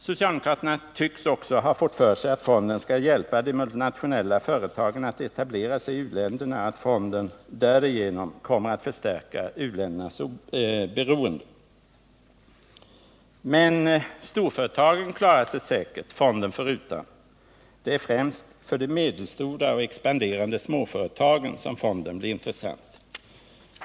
Socialdemokraterna tycks också ha fått för sig att fonden skall hjälpa de multinationella företagen att etablera sig i u-länderna och att fonden därigenom kommer att förstärka u-ländernas beroende. Men storföretagen klarar sig säkert fonden förutan — det är främst för de medelstora och expanderande småföretagen som fonden blir intressant.